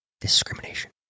discrimination